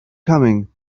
coming